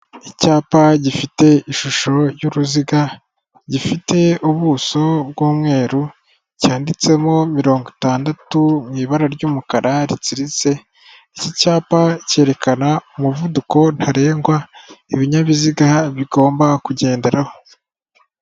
Icyapa gifite ishusho y'uruziga, gifite ubuso bw'umweru cyanditsemo mirongo itandatu mu ibara ry'umukara ritsiritse, iki cyapa cyerekana umuvuduko ntarengwa ibinyabiziga bigomba kugenderaho.